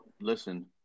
listen